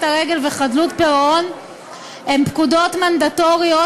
הרגל וחדלות פירעון הן פקודות מנדטוריות,